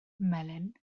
melyn